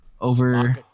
over